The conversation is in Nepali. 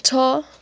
छ